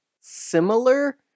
similar